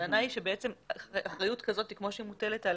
הטענה כאן היא שאחריות כזאת כמו שמוטלת על